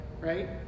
right